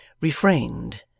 refrained